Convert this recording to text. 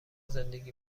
زندگی